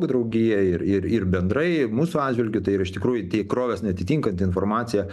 draugiją ir ir ir bendrai ir mūsų atžvilgiu tai yra iš tikrųjų tikrovės neatitinkanti informacija